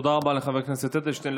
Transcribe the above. תודה רבה לחבר הכנסת אדלשטיין.